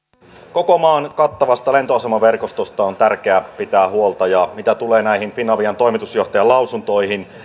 koko maan kattavasta lentoasemaverkostosta on tärkeä pitää huolta ja mitä tulee näihin finavian toimitusjohtajan lausuntoihin